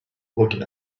looking